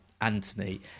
Anthony